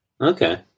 Okay